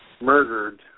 murdered